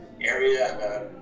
area